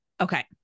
Okay